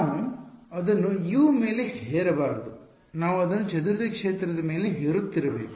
ನಾವು ಅದನ್ನು U ಮೇಲೆ ಹೇರಬಾರದು ನಾವು ಅದನ್ನು ಚದುರಿದ ಕ್ಷೇತ್ರದ ಮೇಲೆ ಹೇರುತ್ತಿರಬೇಕು